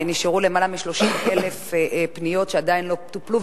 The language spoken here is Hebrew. נשארו למעלה מ-30,000 פניות שלא טופלו,